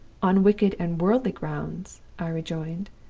on wicked and worldly grounds i rejoined,